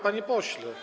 Panie pośle.